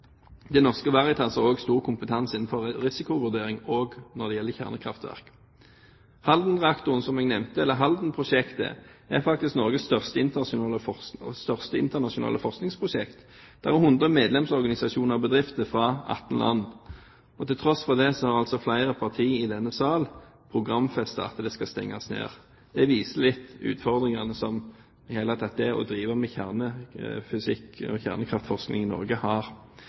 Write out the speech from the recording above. Det Norske Veritas har stor kompetanse innenfor risikovurdering også når det gjelder kjernekraftverk. Haldenprosjektet er faktisk Norges største internasjonale forskningsprosjekt, der det er 100 medlemsorganisasjoner og bedrifter fra 18 land. Til tross for det har altså flere partier i denne sal programfestet at det skal stenges. Det viser litt av utfordringene ved det å i det hele tatt drive med kjernefysikk og kjernekraftforskning i Norge.